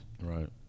Right